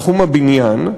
תחום הבניין,